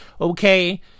Okay